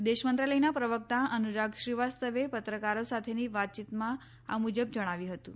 વિદેશ મંત્રાલયના પ્રવક્તા અનુરાગ શ્રીવાસ્તવે પત્રકારો સાથેની વાતચીતમાં આ મુજબ જણાવ્યું હતું